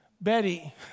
Betty